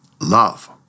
Love